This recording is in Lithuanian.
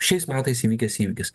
šiais metais įvykęs įvykis